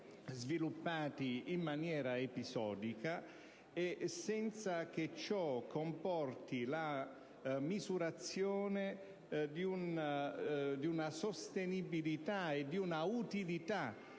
sviluppati in modo episodico, e senza che ciò comporti la misurazione di una sostenibilità e di una utilità